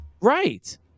Right